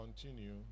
continue